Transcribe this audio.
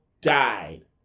died